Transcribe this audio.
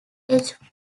edged